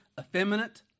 effeminate